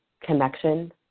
connection